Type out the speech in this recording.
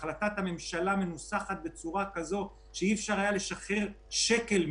החלטת הממשלה מנוסחת בצורה כזו שאי אפשר היה לשחרר שקל מזה,